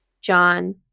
John